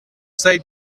say